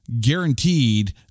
guaranteed